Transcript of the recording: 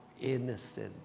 innocent